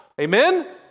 Amen